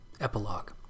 epilogue